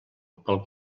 pel